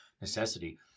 necessity